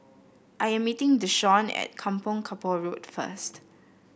I am meeting Deshawn at Kampong Kapor Road first